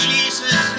Jesus